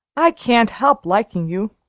i can't help liking you.